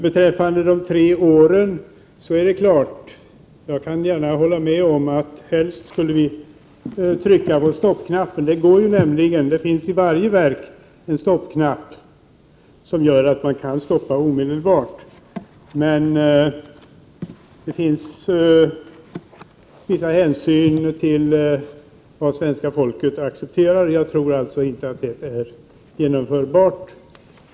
Beträffande de tre åren kan jag säga att vi helst omedelbart skulle vilja trycka på stoppknappen. Det är nämligen möjligt, eftersom det i varje verk finns en stoppknapp. Men man måste ta hänsyn till vad svenska folket kan acceptera. Jag tror alltså inte att det är möjligt att stoppa omedelbart.